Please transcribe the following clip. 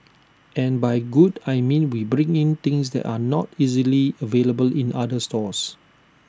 and by good I mean we bring in things that are not easily available in other stores